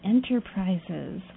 Enterprises